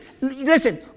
listen